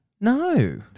No